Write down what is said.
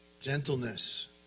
gentleness